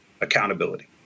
accountability